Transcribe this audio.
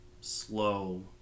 slow